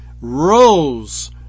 rose